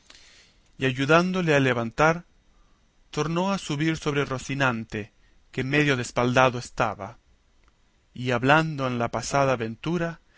y ayudándole a levantar tornó a subir sobre rocinante que medio despaldado estaba y hablando en la pasada aventura